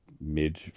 mid